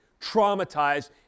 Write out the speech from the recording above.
traumatized